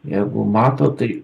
jeigu mato tai